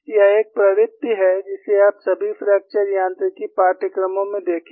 यह एक प्रवृत्ति है जिसे आप सभी फ्रैक्चर यांत्रिकी पाठ्यक्रमों में देखेंगे